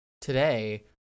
Today